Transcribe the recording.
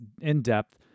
in-depth